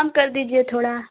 कम कर दीजिये थोड़ा